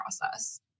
process